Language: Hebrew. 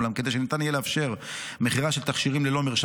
אולם כדי שניתן יהיה לאפשר מכירה של תכשירים ללא מרשם